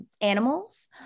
animals